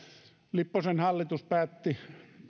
lipposen hallitus päätti